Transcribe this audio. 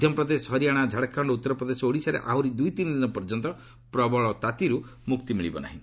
ମଧ୍ୟପ୍ରଦେଶ ହରିୟାଣା ଝାଡ଼ଖଣ୍ଡ ଉତ୍ତର ପ୍ରଦେଶ ଓ ଓଡ଼ିଶାରେ ଆହରି ଦ୍ୱଇ ତିନି ପର୍ଯ୍ୟନ୍ତ ପ୍ରବଳ ତାତିରୁ ମୁକ୍ତି ମଳିବ ନାହିଁ